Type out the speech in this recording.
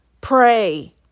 pray